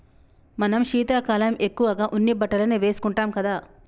మనం శీతాకాలం ఎక్కువగా ఉన్ని బట్టలనే వేసుకుంటాం కదా